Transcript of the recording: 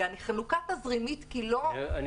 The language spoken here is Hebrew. ואני חנוקה תזרימית כי לא --- אני